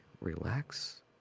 relax